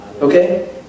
Okay